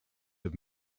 have